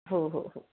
हो हो हो